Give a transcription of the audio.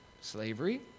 slavery